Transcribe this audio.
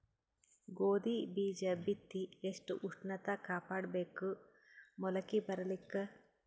ಗೋಧಿ ಬೀಜ ಬಿತ್ತಿ ಎಷ್ಟ ಉಷ್ಣತ ಕಾಪಾಡ ಬೇಕು ಮೊಲಕಿ ಬರಲಿಕ್ಕೆ?